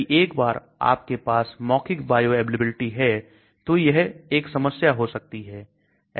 यदि एक बार आपके पास मौखिक बायोअवेलेबिलिटी हैं तो यह एक समस्या हो सकती है